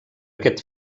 aquest